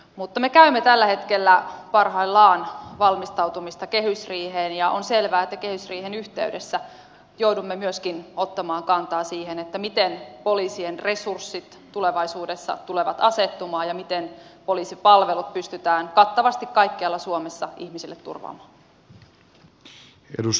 mutta me käymme tällä hetkellä parhaillaan valmistautumista kehysriiheen ja on selvää että kehysriihen yhteydessä joudumme myöskin ottamaan kantaa siihen miten poliisien resurssit tulevaisuudessa tulevat asettumaan ja miten poliisipalvelut pystytään kattavasti kaikkialla suomessa ihmisille turvaamaan